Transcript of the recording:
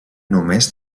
només